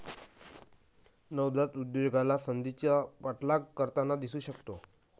नवजात उद्योजक संधीचा पाठलाग करताना दिसू शकतो